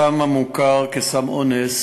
הסם המוכר כסם אונס